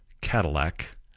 Cadillac